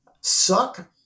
suck